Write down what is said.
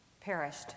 perished